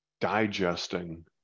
digesting